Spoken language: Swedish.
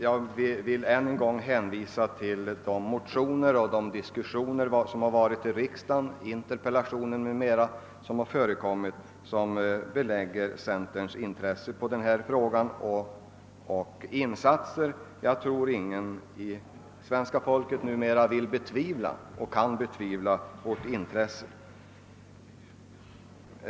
Jag vill ännu en gång hänvisa till de motioner och «interpellationer som väckts i riksdagen och de diskussioner som förekommit vilka alla är ett belägg för centerpartiets intresse och insatser i denna fråga. Jag tror inte att svenska folket numera vill eller kan betvivla detta vårt intresse.